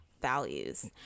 values